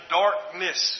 darkness